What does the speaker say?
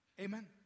Amen